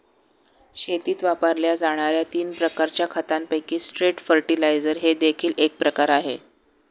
शेतीत वापरल्या जाणार्या तीन प्रकारच्या खतांपैकी स्ट्रेट फर्टिलाइजर हे देखील एक प्रकार आहे